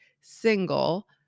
Single